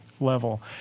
level